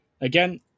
again